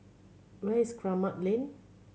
where is Kramat Lane